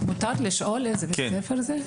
מותר לשאול איזה בית ספר זה?